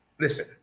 listen